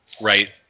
right